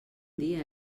dia